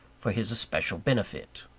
for his especial benefit.